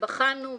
ובחנו והתייחסנו.